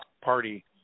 party